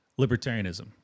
libertarianism